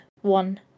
one